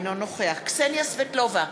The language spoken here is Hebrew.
אינו נוכח קסניה סבטלובה,